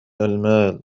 المال